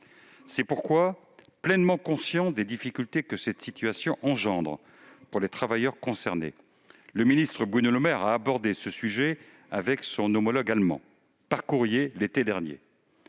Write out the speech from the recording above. C'est pourquoi, pleinement conscient des difficultés que cette situation engendre pour les travailleurs concernés, le ministre Bruno Le Maire a abordé ce sujet avec son homologue allemand, par courrier, l'été dernier.